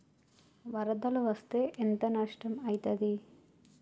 వరదలు వస్తే ఎంత నష్టం ఐతది?